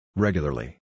Regularly